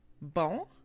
Bon